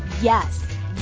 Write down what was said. Yes